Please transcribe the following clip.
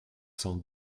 cent